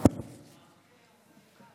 חבריי חברי הכנסת,